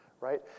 right